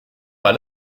pas